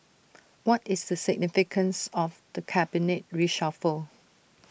what is the significance of the cabinet reshuffle